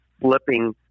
flipping